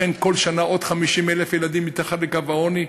לכן, כל שנה עוד 50,000 ילדים מתחת לקו העוני?